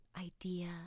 idea